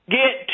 get